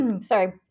sorry